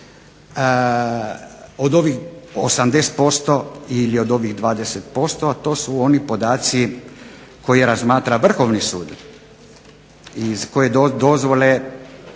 od ovih 80% ili od ovih 20%, a to su oni podaci koje razmatra Vrhovni sud i koje dozvole